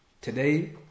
Today